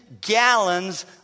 gallons